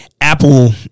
Apple